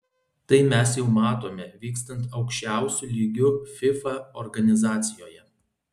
tai mes jau matome vykstant aukščiausiu lygiu fifa organizacijoje